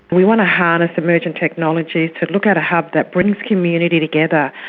we want to harness emerging technology to look at a hub that brings community together.